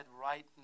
right